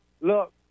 look